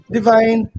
Divine